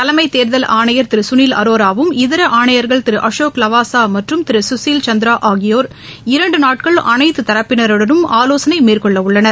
தலைம் தேர்தல் ஆணையர் திரு சுனில் அரோரா வும் இதர ஆணையர்கள் திரு அசோக் லவாசா மற்றும் திரு கசில் சந்த்ரா ஆகியோர் இரண்டு நாட்கள் அனைத்து தரப்பினருடனும் ஆவோசனை மேற்கொள்ளவுள்ளனர்